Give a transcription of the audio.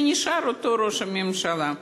שנשאר אותו ראש ממשלה.